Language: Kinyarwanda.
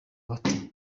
bati